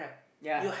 yea